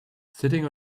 sitting